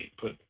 put